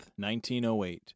1908